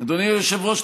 אדוני היושב-ראש,